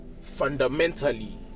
fundamentally